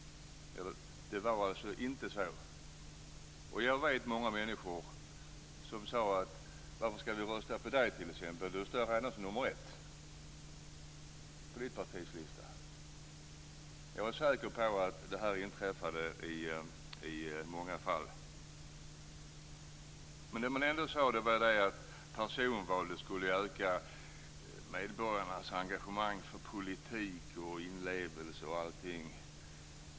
Det var alltså inte så. Jag vet många människor som sade: Varför skall vi rösta på dig? Du står ändå som nummer ett på ditt partis lista. Jag är säker på att detta inträffade i många fall. Man sade att personvalet skulle öka medborgarnas engagemang för politik, deras inlevelse och allting.